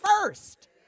first